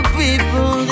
people